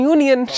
Union